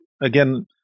again